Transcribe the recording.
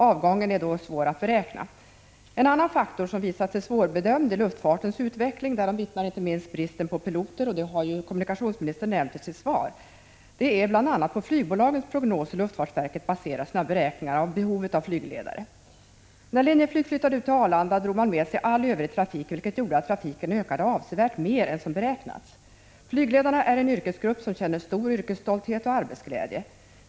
Avgången är dock svår att beräkna. En annan faktor som visat sig svårbedömd är luftfartens utveckling. Därom vittnar inte minst bristen på piloter, och det har kommunikationsministern nämnt i sitt svar. Det är bl.a. på flygbolagens prognoser luftfartsverket baserar sina beräkningar av behovet av flygledare. När Linjeflyg flyttade ut till Arlanda drog man med sig all övrig trafik, vilket gjorde att trafiken ökade avsevärt mer än som beräknats. Flygledarna är en yrkesgrupp som känner stor yrkesstolthet och arbetsglädje.